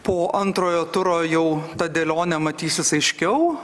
po antrojo turo jau ta dėlionė matysis aiškiau